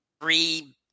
three